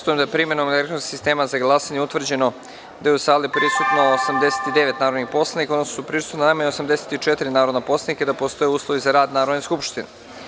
da je primenom elektronskog sistema za glasanje utvrđeno da je u saliprisutno 89 narodnih poslanika, odnosno da su prisutna najmanje 84 narodna poslanika i da postoje uslovi za rad Narodne skupštine.